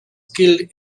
killed